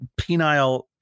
penile